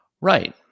right